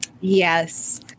yes